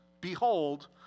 behold